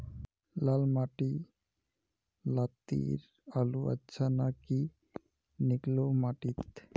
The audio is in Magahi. लाल माटी लात्तिर आलूर अच्छा ना की निकलो माटी त?